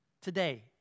today